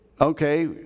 Okay